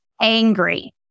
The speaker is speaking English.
angry